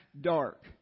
dark